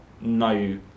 no